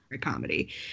comedy